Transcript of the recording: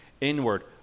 inward